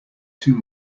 too